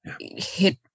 hit